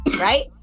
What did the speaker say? right